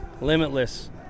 limitless